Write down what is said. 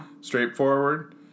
Straightforward